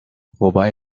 wobei